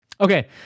okay